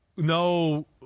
No